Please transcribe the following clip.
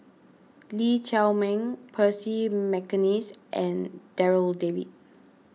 Lee Chiaw Meng Percy McNeice and Darryl David